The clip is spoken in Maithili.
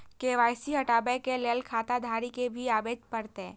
के.वाई.सी हटाबै के लैल खाता धारी के भी आबे परतै?